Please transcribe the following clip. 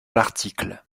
l’article